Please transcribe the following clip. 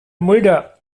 mulder